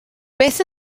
beth